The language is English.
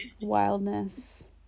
wildness